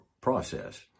process